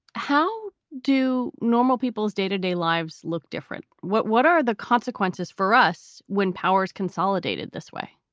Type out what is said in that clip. how do normal people's day to day lives look different? what what are the consequences for us when powers consolidated this way?